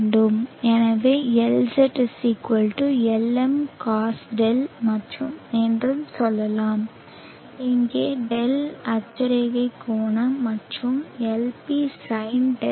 எனவே Lz Lm cosϕ என்று சொல்லலாம் இங்கே ϕ அட்சரேகை கோணம் மற்றும் Lp sinϕ